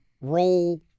roll